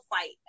fight